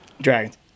Dragons